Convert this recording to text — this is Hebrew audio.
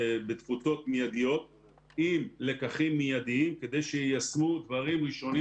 בתפוצות מיידיות עם לקחים מיידיים כדי שיישמו דברים ראשונים